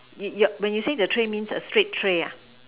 when you say the tray means a straight tray